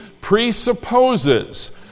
presupposes